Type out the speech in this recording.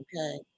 okay